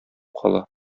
кала